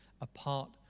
apart